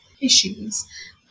issues